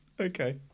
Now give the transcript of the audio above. Okay